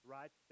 right